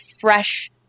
fresh